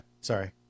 Sorry